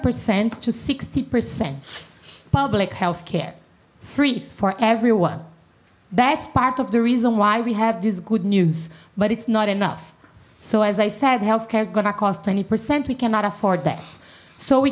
percent to sixty percent public health care free for everyone that's part of the reason why we have this good news but it's not enough so as i said it's gonna cost twenty percent we cannot afford that so we